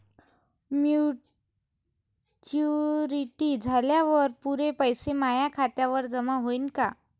Maturity झाल्यावर पुरे पैसे माया खात्यावर जमा होईन का?